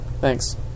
Thanks